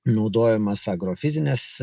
naudojamas agrofizines